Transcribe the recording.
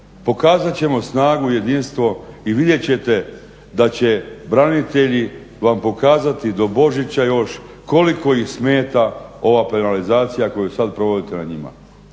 pokazat ćemo snagu i jedinstvo i vidjet ćete da će branitelji vam pokazati do Božića još koliko ih smeta ova penalizacija koju sad provodite nad njima.